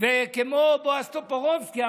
וכמו בועז טופורובסקי,